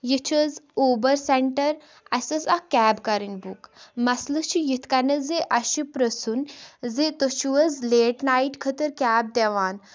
یہِ چھِ حظ اُبر سینٹر اَسہِ ٲسۍ اکھ کیب کَرٕنی بُک مَسلہٕ چھُ یِتھ کَنیٮھ زِ اَسہِ چھُ پرٛژھُن زِ تُہۍ چھِو حظ لیٹ نایٹ خٲطرٕ کیب دوان